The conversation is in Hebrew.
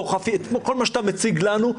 כל מה שאתה מציג לנו,